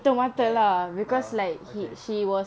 like ah okay